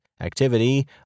activity